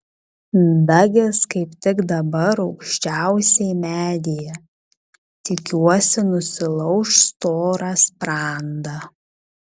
dagis kaip tik dabar aukščiausiai medyje tikiuosi nusilauš storą sprandą